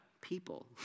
people